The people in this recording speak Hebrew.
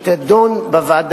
של דיור בר-השגה, מאוד יקר